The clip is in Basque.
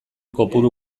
kopuru